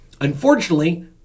Unfortunately